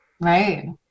Right